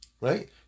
right